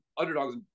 underdogs